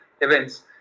events